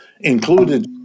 included